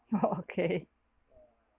okay